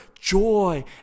joy